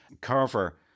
Carver